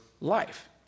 life